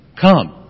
come